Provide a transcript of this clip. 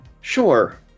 sure